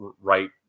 right